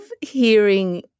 hearing